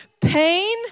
pain